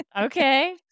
Okay